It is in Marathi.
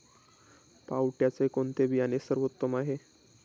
पावट्याचे कोणते बियाणे सर्वोत्तम आहे?